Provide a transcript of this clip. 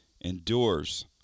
endures